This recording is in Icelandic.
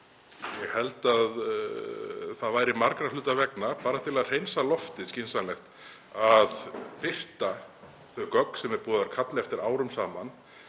Ég held að það væri margra hluta vegna, bara til að hreinsa loftið, skynsamlegt að birta þau gögn sem er búið að kalla eftir árum saman.